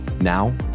now